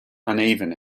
uneven